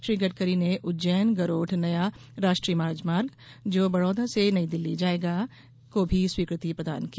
श्री गडकरी ने उज्जैन गरोठ नया राष्ट्रीय राजमार्ग जो बड़ौदा से नई दिल्ली जायेगा को स्वीकृति प्रदान की